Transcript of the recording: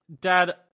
Dad